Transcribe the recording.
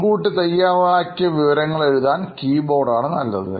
മുൻകൂട്ടി തയ്യാറാക്കിയ വിവരങ്ങൾ എഴുതാൻ കീബോർഡ് ആണ് നല്ലത്